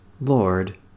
Lord